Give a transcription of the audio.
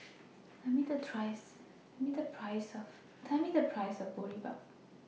Tell Me The Price of Boribap